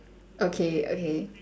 okay okay